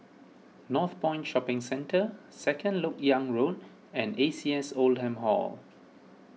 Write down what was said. Northpoint Shopping Centre Second Lok Yang Road and A C S Oldham Hall